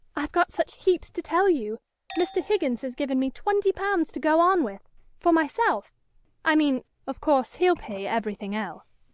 i've got such heaps to tell you mr. higgins has given me twenty pounds to go on with for myself i mean of course he'll pay everything else.